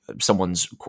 someone's